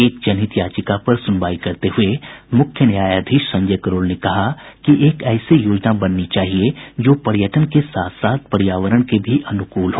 एक जनहित याचिका पर सुनवाई करते हुए मुख्य न्यायाधीश संजय करोल ने कहा कि एक ऐसी योजना बननी चाहिए जो पर्यटन के साथ साथ पर्यावरण के भी अनुकूल हो